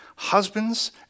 Husbands